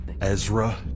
Ezra